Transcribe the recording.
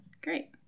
Great